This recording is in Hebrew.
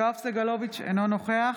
יואב סגלוביץ' אינו נוכח